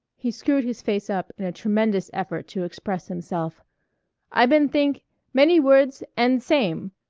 he screwed his face up in a tremendous effort to express himself i been think many words end same.